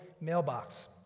mailbox